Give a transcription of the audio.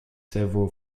several